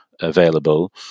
available